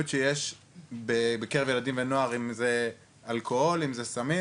שיש בקרב ילדים ונוער אם זה אלכוהול אם זה סמים,